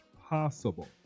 possible